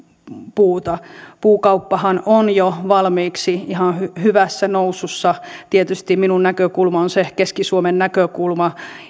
laatupuuta puukauppahan on jo valmiiksi ihan hyvässä nousussa tietysti minun näkökulmani on se keski suomen näkökulma